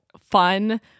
fun